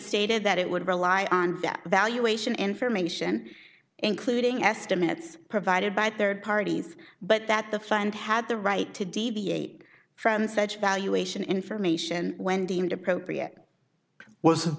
stated that it would rely on that valuation information including estimates provided by third parties but that the fund had the right to deviate from such valuation information when deemed appropriate wasn't